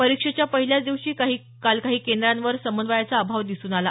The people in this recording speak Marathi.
परीक्षेच्या पहिल्याच दिवशी काल काही केंद्रांवर समन्वयाचा अभाव दिसून आला